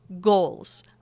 goals